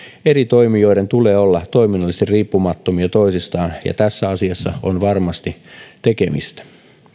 eri toimijoiden tulee olla toiminnallisesti riippumattomia toisistaan ja tässä asiassa on varmasti tekemistä